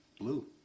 blue